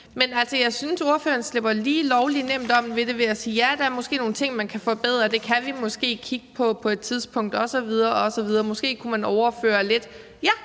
men jeg synes, ordføreren slipper lige lovlig nemt om ved det ved at sige: Ja, der er måske nogle ting, man kan forbedre; det kan vi måske kigge på på et tidspunkt osv. osv.; og måske kunne man overføre lidt.